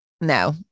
No